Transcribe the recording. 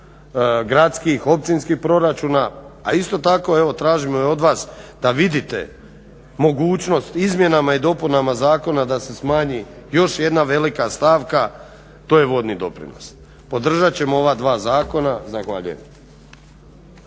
gradskih općinskih proračuna, a isto tako evo tražimo i od vas da vidite mogućnost izmjenama i dopunama zakona da se smanji još jedna velika stavka. To je vodni doprinos. Podržat ćemo ova dva zakona. Zahvaljujem.